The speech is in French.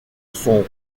son